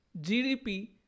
GDP